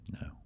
No